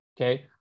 okay